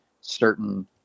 certain